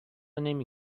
نمی